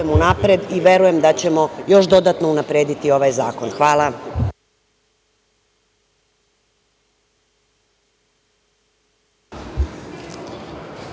i verujem da ćemo još dodatno unaprediti ovaj zakon. Hvala.